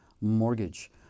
Mortgage